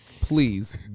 please